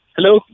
Hello